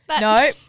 No